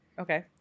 Okay